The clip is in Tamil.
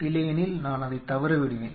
இல்லையெனில் நான் அதை தவற விடுவேன்